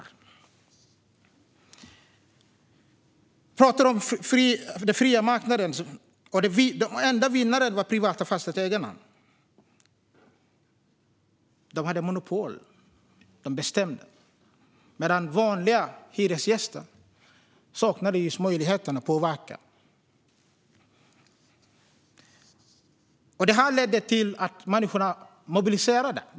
Werne skriver också att den fria marknadens enda vinnare var de privata fastighetsägarna. De hade monopol. De bestämde. Vanliga hyresgäster saknade möjligheter att påverka. Detta ledde till att befolkningen mobiliserade.